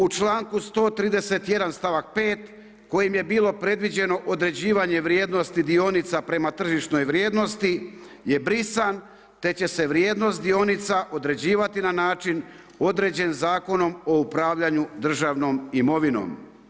U članku 131. stavak 5. kojim je bilo predviđeno određivanje vrijednosti dionica prema tržišnoj vrijednosti je brisan te će se vrijednost dionica određivati na način određen Zakonom o upravljanju državnom imovinom.